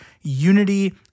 unity